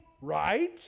right